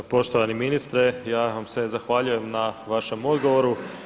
Evo poštovani ministre ja vam se zahvaljujem na vašem odgovoru.